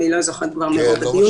אני לא זוכרת כבר מי היה בדיון.